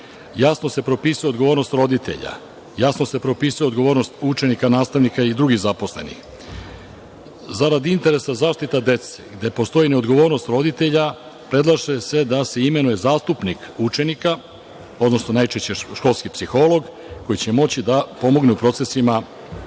Jasno se propisuje odgovornost roditelja. Jasno se propisuje odgovornost učenika, nastavnika i drugih zaposlenih. Zarad interesa zaštite dece gde ne postoji odgovornost roditelja predlaže se da se imenuje zastupnik učenika, odnosno najčešće školski psiholog koji će moći da pomogne u procesima donošenja